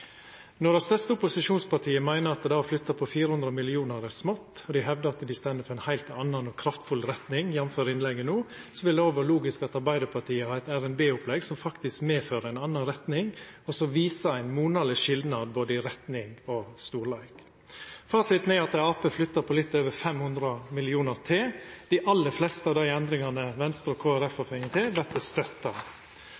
Når det største opposisjonspartiet meiner at det å flytta på 400 mill. kr er smått, og dei hevdar at dei står for ei heilt anna og kraftfull retning, jf. innlegget no, vil det òg vera logisk at Arbeidarpartiet har eit RNB-opplegg som faktisk fører med seg ei anna retning, og som viser ein monaleg skilnad både i retning og storleik. Fasiten er at Arbeidarpartiet flyttar på litt over 500 mill. kr meir. Dei aller fleste av dei endringane som Venstre og